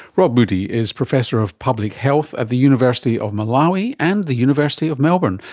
rob moodie is professor of public health at the university of malawi and the university of melbourne.